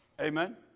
Amen